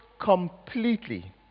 completely